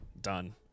Done